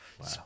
wow